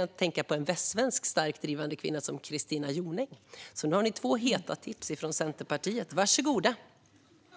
Jag tänker på en västsvensk, stark och drivande kvinna: Kristina Jonäng. Där har ni två heta tips från Centerpartiet - varsågoda! Fru